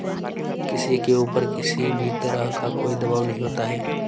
किसी के ऊपर किसी भी तरह का कोई दवाब नहीं होता है